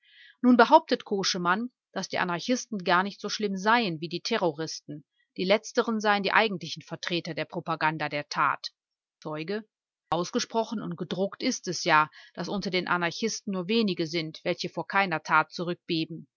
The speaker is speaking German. nun behauptet koschemann daß die anarchisten gar nicht so schlimm seien wie die terroristen die letzteren seien die eigentlichen vertreter der propaganda der tat zeuge ausgesprochen und gedruckt ist es ja daß unter den anarchisten nur wenige sind welche vor keiner tat